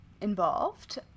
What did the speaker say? involved